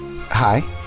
Hi